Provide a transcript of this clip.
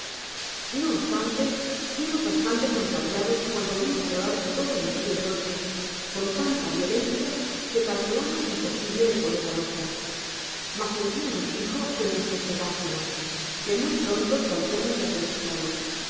no obstante fuimos bastante contrariados cuando vimos nevar todo un dia y noche con tanta violencia que calculamos imposible el poder avanzar mas el guia nos dijo que nos sosegásemos que muy pronto saldriamos de aquel estado